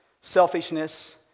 selfishness